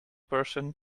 person